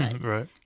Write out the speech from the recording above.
Right